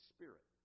Spirit